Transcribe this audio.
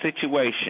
situation